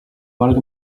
valge